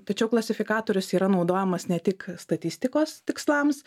tačiau klasifikatorius yra naudojamas ne tik statistikos tikslams